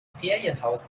ferienhaus